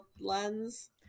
lens